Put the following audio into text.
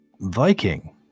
Viking